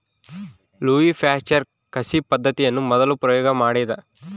Louis Pasteur ಕಸಿ ಪದ್ದತಿಯನ್ನು ಮೊದಲು ಪ್ರಯೋಗ ಮಾಡಿದ